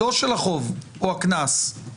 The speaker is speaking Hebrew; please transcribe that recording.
לא של החוב או הקנס,